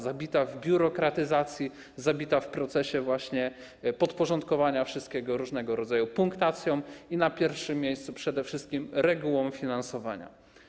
Zabita w biurokratyzacji, zabita właśnie w procesie podporządkowania wszystkiego różnego rodzaju punktacjom i na pierwszym miejscu przede wszystkim regułom finansowania.